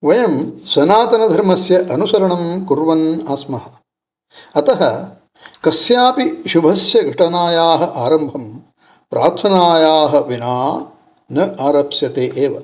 वयं सनातनधर्मस्य अनुसरणं कुर्वन् आस्मः अतः कस्यापि शुभस्य घटनायाः आरम्भं प्रार्थनायाः विना न आरप्स्यते एव